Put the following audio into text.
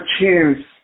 chance